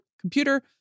computer